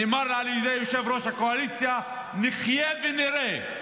נאמר על ידי יושב-ראש הקואליציה: נחיה ונראה.